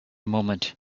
moment